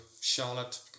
Charlotte